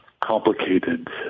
complicated